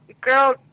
girl